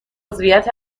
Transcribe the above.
عضویت